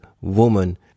woman